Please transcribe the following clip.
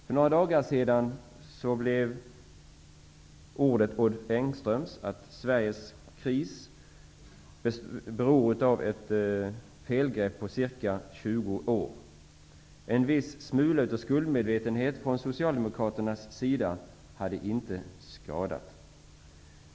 För några dagar sedan beskrev Odd Engström Sveriges kris som ett resultat av 20 års felgrepp. En smula skuldmedvetenhet från Socialdemokraternas sida hade inte skadat.